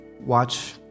watch